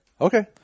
Okay